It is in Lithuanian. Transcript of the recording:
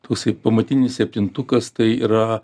toksai pamatinis septintukas tai yra